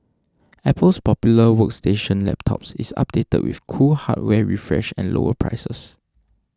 Apple's popular workstation laptops is updated with cool hardware refresh and lower prices